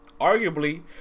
arguably